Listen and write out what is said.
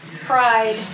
pride